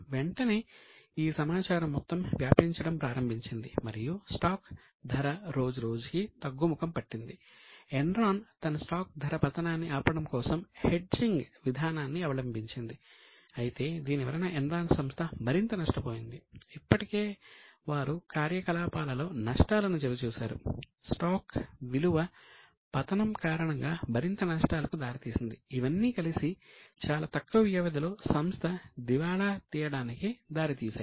వెంటనే ఈ సమాచారం మొత్తం వ్యాపించడం ప్రారంభించింది మరియు స్టాక్ విలువ పతనం కారణంగా మరింత నష్టాలకు దారి తీసింది ఇవన్నీ కలిసి చాలా తక్కువ వ్యవధిలో సంస్థ దివాళా తీయడానికి దారితీశాయి